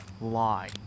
lie